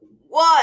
one